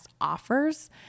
offers